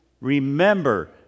remember